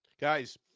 guys